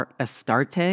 Astarte